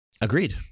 Agreed